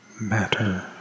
matter